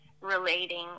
relating